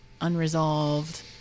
unresolved